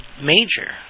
major